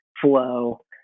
flow